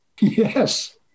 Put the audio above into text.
Yes